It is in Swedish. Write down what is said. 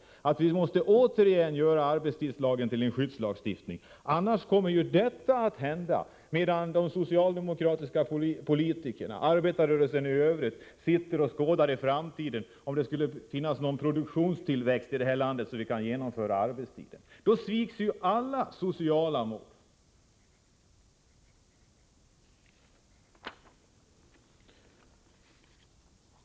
Vi måste återigen göra arbetstidslagstiftningen till en skyddslagstiftning. Annars kommer detta att hända som jag här varnat för, medan de socialdemokratiska politikerna och arbetarrörelsen i övrigt sitter och skådar in i framtiden — om det skulle bli någon produktionstillväxt här i landet så att vi kan genomföra förslagen om arbetstiden. Då sviks ju alla sociala mål.